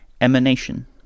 emanation